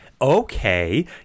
okay